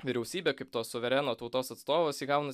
vyriausybė kaip to suvereno tautos atstovas įgauna